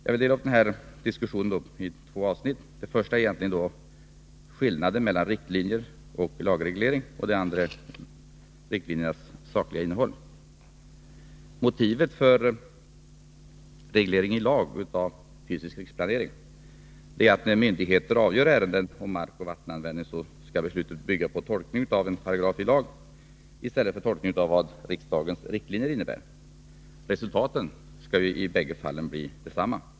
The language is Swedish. Jag vill dela upp denna diskussion i två avsnitt: Det första avsnittet gäller skillnaden mellan riktlinjer och lagreglering och det andra riktlinjernas sakliga innehåll. Motivet för reglering i lag av den fysiska riksplaneringen är att när myndigheter avgör ärenden om markoch vattenanvändning skall beslutet bygga på en tolkning av en paragraf i lag i stället för tolkning av vad riksdagens riktlinjer innebär. Resultatet skall i båda fallen bli detsamma.